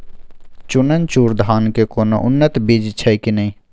चननचूर धान के कोनो उन्नत बीज छै कि नय?